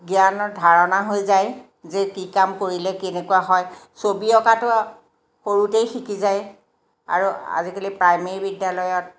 জ্ঞানৰ ধাৰণা হৈ যায় যে কি কাম কৰিলে কেনেকুৱা হয় ছবি অঁকাটো সৰুতেই শিকি যায় আৰু আজিকালি প্ৰাইমেৰী বিদ্যালয়ত